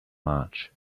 march